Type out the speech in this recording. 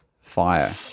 fire